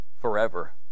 forever